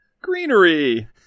Greenery